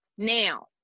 Now